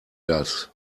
das